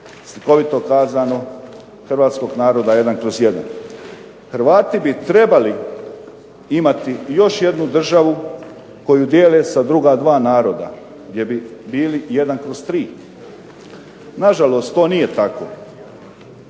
slikovito kazano, hrvatskog naroda 1/1. Hrvati bi trebali imati još jednu državu koju dijele sa druga dva naroda gdje bi bili 1/3. Nažalost, to nije tako.